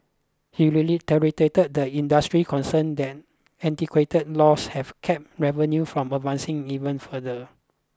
he reiterated the industry's concerns that antiquated laws have capped revenue from advancing even further